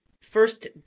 first